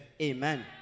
Amen